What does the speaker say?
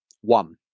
One